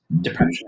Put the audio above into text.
depression